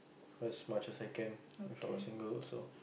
first much as I can If I was single also